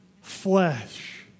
flesh